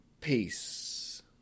Peace